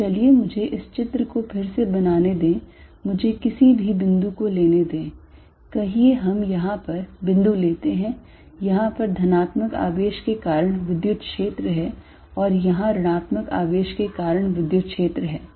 तो चलिए मुझे इस चित्र को फिर से बनाने दें मुझे किसी भी बिंदु को लेने दें कहिए हम यहां पर बिंदु लेते हैं यहां पर धनात्मक आवेश के कारण विद्युत क्षेत्र है और यहां ऋणात्मक आवेश के कारण विद्युत क्षेत्र है